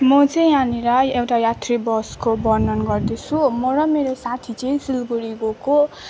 म चाहिँ यहाँनिर एउटा यात्री बसको वर्णन गर्दैछु म र मेरो साथी चाहिँ सिलगढी गएको